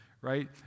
right